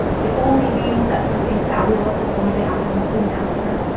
it only means that something fabulous is going to happen soon after.